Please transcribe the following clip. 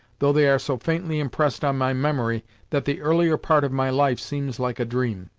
though they are so faintly impressed on my memory that the earlier part of my life seems like a dream.